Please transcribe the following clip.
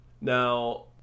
Now